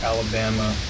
Alabama